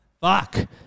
Fuck